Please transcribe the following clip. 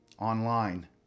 online